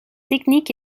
technique